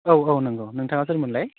औ औ नोंगौ नोंथाङा सोर मोनलाय